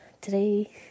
today